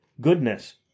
Goodness